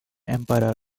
emperor